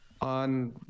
on